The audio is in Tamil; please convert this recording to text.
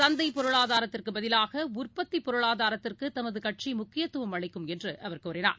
சந்தைப் பொருளாதாரத்திற்குபதிவாக உற்பத்திபொருளாதாரத்திற்குதமதுகட்சிமுக்கியத்துவம் அளிக்கும் என்றுஅவர் கூறினார்